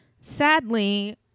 Sadly